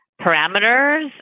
parameters